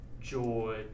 joy